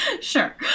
Sure